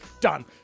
done